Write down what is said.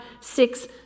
six